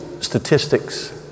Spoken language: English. statistics